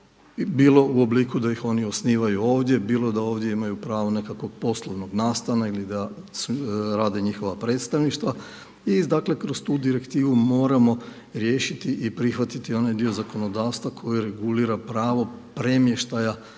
bilo u obliku da ih oni osnivaju ovdje, bilo da ovdje imaju pravo nekakvog poslovnog nastana ili da rade njihova predstavništva i dakle kroz tu direktivu moramo riješiti i prihvatiti onaj dio zakonodavstva koji regulira pravo premještaja